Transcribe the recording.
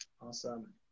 Awesome